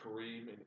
Kareem